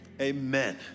Amen